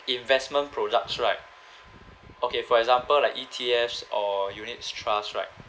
investment products right okay for example like E_T_Fs or units trust right